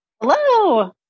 Hello